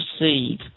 receive